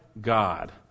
God